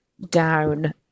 down